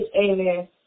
amen